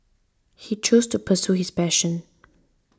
he chose to pursue his passion